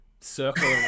circle